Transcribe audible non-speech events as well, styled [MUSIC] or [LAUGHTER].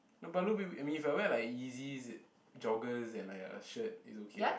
no but look [NOISE] at me if I wear like Yeezys joggers and like a shirt is okay [what]